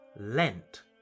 Lent